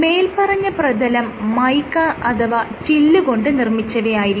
മേല്പറഞ്ഞ പ്രതലം മൈക്ക അഥവാ ചില്ല് കൊണ്ട് നിർമ്മിച്ചവയായിരിക്കണം